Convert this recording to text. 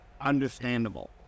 Understandable